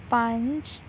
ਪੰਜ